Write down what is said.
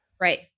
Right